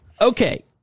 Okay